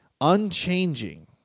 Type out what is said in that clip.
unchanging